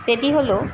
সেটি হল